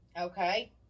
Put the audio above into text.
Okay